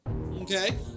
okay